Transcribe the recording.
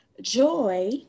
Joy